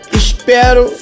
espero